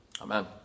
Amen